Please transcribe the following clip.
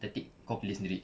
tactic kau pilih sendiri